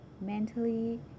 mentally